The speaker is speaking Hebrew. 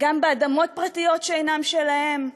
גם באדמות פרטיות שאינן שלהם,